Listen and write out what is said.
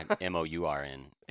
M-O-U-R-N